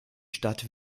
stadt